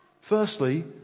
firstly